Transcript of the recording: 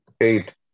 Eight